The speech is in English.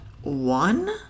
One